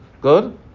Good